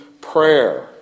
prayer